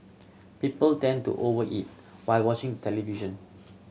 people tend to over eat while watching television